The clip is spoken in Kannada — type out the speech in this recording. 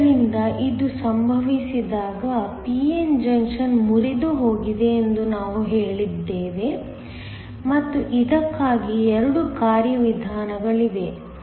ಆದ್ದರಿಂದ ಇದು ಸಂಭವಿಸಿದಾಗ p n ಜಂಕ್ಷನ್ ಮುರಿದುಹೋಗಿದೆ ಎಂದು ನಾವು ಹೇಳಿದ್ದೇವೆ ಮತ್ತು ಇದಕ್ಕಾಗಿ 2 ಕಾರ್ಯವಿಧಾನಗಳಿವೆ